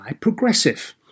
Progressive